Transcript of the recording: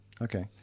Okay